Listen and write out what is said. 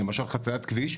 למשל חציית כביש,